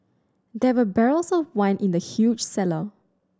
there were barrels of wine in the huge cellar